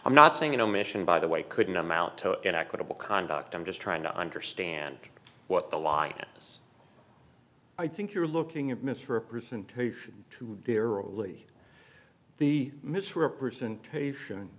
i'm not saying you know mission by the way couldn't amount to an equitable conduct i'm just trying to understand what the line is i think you're looking at misrepresentation to there are only the misrepresentation